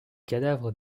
cadavre